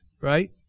right